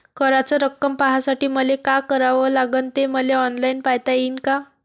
कराच रक्कम पाहासाठी मले का करावं लागन, ते मले ऑनलाईन पायता येईन का?